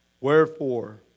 wherefore